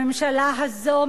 הממשלה הזו,